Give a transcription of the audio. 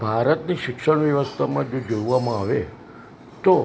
ભારતની શિક્ષણ વ્યવસ્થામાં જો જોવામાં આવે તો